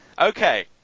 Okay